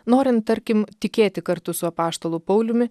norint tarkim tikėti kartu su apaštalu pauliumi